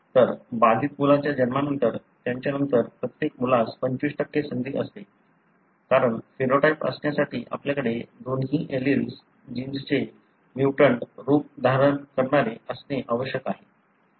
तर बाधित मुलाच्या जन्मानंतर त्यानंतरच्या प्रत्येक मुलास 25 संधी असते कारण फिनोटाइप असण्यासाठी आपल्याकडे दोन्ही एलील्स जीन्सचे म्युटंट रूप धारण करणारे असणे आवश्यक आहे